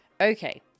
Okay